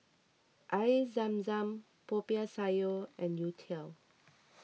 Air Zam Zam Popiah Sayur and Youtiao